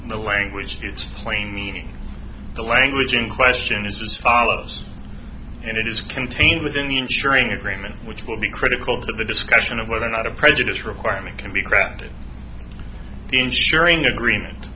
the language its plain meaning the language in question is as follows and it is contained within the ensuring agreement which will be critical to the discussion of whether or not a prejudiced requirement can be granted ensuring agreement